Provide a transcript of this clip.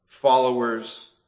followers